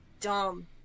dumb